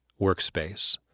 workspace